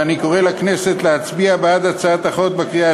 ואני קורא לכנסת להצביע בעד הצעת החוק בקריאה